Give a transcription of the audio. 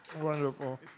wonderful